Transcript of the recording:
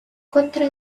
contra